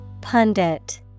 Pundit